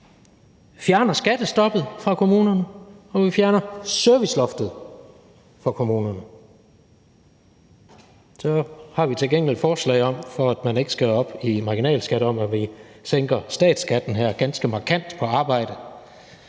fjerner skattestoppet i kommunerne og vi fjerner serviceloftet i kommunerne. Så har vi til gengæld et forslag om, at vi, for at man ikke skal op i marginalskat, sænker statsskatten på arbejde ganske markant. Men det